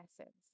essence